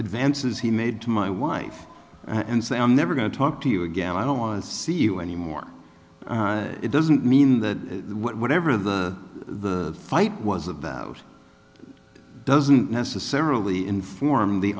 advances he made to my wife and say i'm never going to talk to you again i don't want to see you anymore it doesn't mean the whatever the fight was about doesn't necessarily